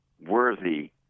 worthy